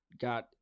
got